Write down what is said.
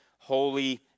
Holy